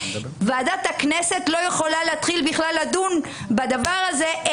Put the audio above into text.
ועדת הכנסת לא יכולה להתחיל בכלל לדון בדבר הזה,